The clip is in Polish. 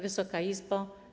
Wysoka Izbo!